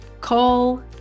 call